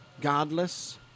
godless